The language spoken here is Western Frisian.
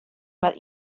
mar